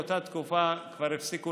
באותה תקופה הפסיקו